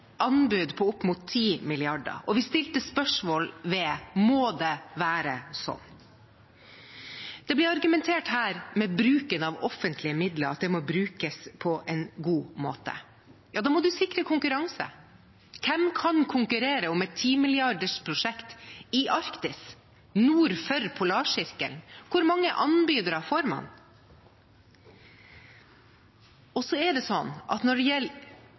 anbud på opp mot 10 mrd. kr. Vi stilte spørsmålet: Må det være sånn? Det ble argumentert her med bruken av offentlige midler, at de må brukes på en god måte. Ja, da må man sikre konkurranse. Hvem kan konkurrere om et 10 mrd. kr-prosjekt i Arktis, nord for Polarsirkelen? Hvor mange anbydere får man? Når det gjelder